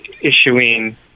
issuing